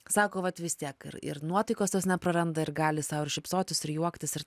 sako vat vis tiek ir ir nuotaikos tos nepraranda ir gali sau ir šypsotis ir juoktis ir